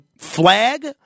flag